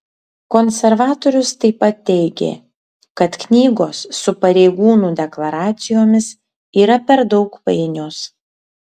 konservatorius taip pat teigė kad knygos su pareigūnų deklaracijomis yra per daug painios